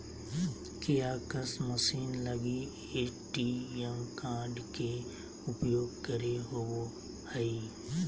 kiosk machine लगी ATM card के उपयोग करे होबो हइ